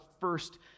first